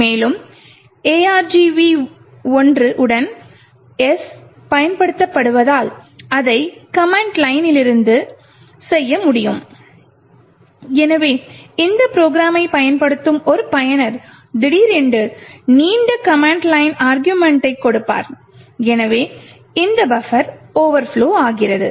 மேலும் argv 1 உடன் S பயன்படுத்தப்படுவதால் அதை கமன்ட் லைனிலிருந்து செய்ய முடியும் எனவே இந்த ப்ரோக்ராமைப் பயன்படுத்தும் ஒரு பயனர் திடீரென்று நீண்ட கமன்ட் லைன் அருகுமெண்ட்டை கொடுப்பார் எனவே இந்த பஃபர் ஓவர்ப்லொ ஆகிறது